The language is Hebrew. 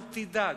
אל תדאג,